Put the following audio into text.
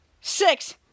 Six